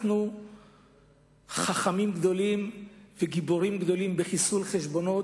אנחנו חכמים גדולים וגיבורים גדולים בחיסול חשבונות,